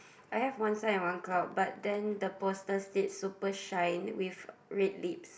I have one sign and one cloud but then the poster said super shine with red lips